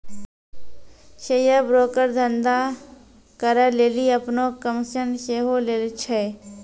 share broker धंधा करै लेली अपनो कमिशन सेहो लै छै